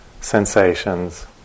sensations